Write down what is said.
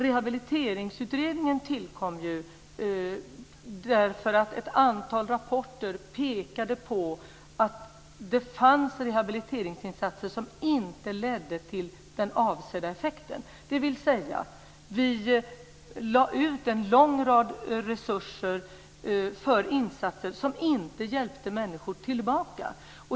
Rehabiliteringsutredningen tillkom därför att ett antal rapporter pekade på att det fanns rehabiliteringsinsatser som inte ledde till den avsedda effekten. Vi lade ut en lång rad resurser på insatser som inte hjälpte människor tillbaka.